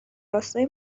راستای